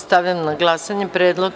Stavljam na glasanje ovaj predlog.